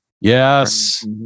Yes